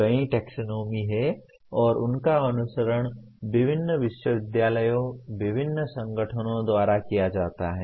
कई टैक्सोनॉमी हैं और उनका अनुसरण विभिन्न विश्वविद्यालयों विभिन्न संगठनों द्वारा किया जाता है